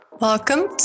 welcome